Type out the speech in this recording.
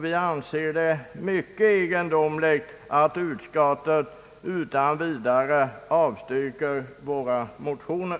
Vi anser det mycket egendomligt att utskottet utan vidare avstyrker våra motioner.